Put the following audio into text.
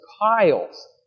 piles